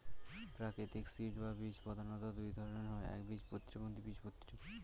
প্রাকৃতিক সিড বা বীজ প্রধানত দুই ধরনের হয় একবীজপত্রী এবং দ্বিবীজপত্রী